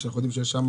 כשאנחנו יודעים שיש שם